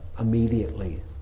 Immediately